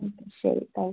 ഉം ശരി thank you